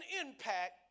impact